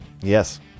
Yes